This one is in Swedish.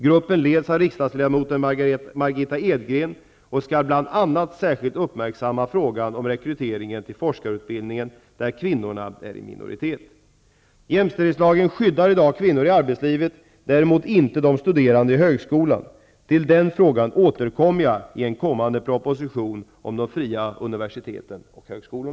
Gruppen leds av riksdagsledamoten Margitta Edgren och skall bl.a. särskilt uppmärksamma frågan om rekrytering till forskarutbildning där kvinnorna är i minoritet. Jämställdhetslagen skyddar i dag kvinnor i arbetslivet, däremot inte de studerande i högskolan. Till den frågan återkommer jag i en kommande proposition, Fria universitet och högskolor